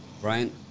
Brian